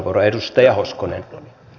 arvoisa herra puhemies